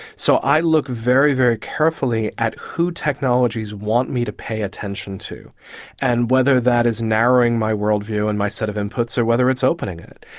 so i look very, very carefully at who technologies want me to pay attention to and whether that is narrowing my world view and my set of inputs or whether it's opening it.